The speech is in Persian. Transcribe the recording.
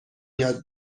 یاد